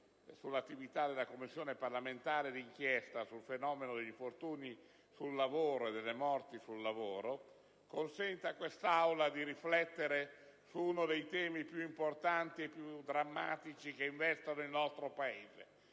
sull'attività svolta dalla Commissione parlamentare di inchiesta sul fenomeno degli infortuni e delle morti sul lavoro consente a quest'Aula di riflettere su uno dei temi più importanti e più drammatici che investono il nostro Paese: